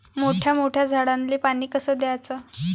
मोठ्या मोठ्या झाडांले पानी कस द्याचं?